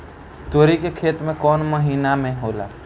तोड़ी के खेती कउन महीना में होला?